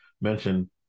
mention